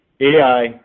AI